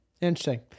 Interesting